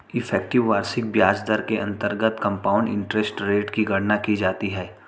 effective वार्षिक ब्याज दर के अंतर्गत कंपाउंड इंटरेस्ट रेट की गणना की जाती है